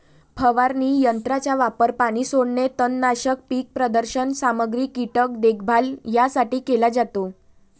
फवारणी यंत्राचा वापर पाणी सोडणे, तणनाशक, पीक प्रदर्शन सामग्री, कीटक देखभाल यासाठी केला जातो